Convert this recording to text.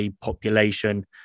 population